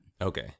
Okay